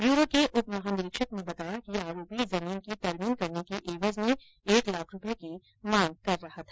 bureau के उप महानिरीक्षक सवाईसिंह गोदारा ने बताया कि आरोपी जमीन की तरमीन करने की ऐवज में एक लाख रूपये की मांग कर रहा था